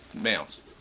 males